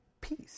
peace